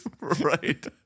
right